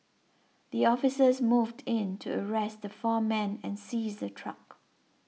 the officers moved in to arrest the four men and seize the truck